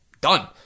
Done